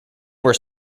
were